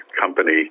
company